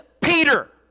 Peter